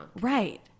right